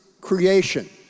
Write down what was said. creation